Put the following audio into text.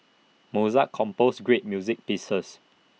Mozart composed great music pieces